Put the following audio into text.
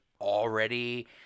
already